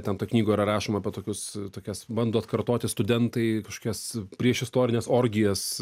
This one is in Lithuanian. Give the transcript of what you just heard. ten toj knygoj yra rašoma apie tokius tokias bando atkartoti studentai kažkokias priešistorines orgijas